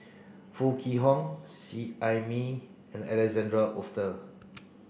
Foo Kwee Horng Seet Ai Mee and Alexander Wolter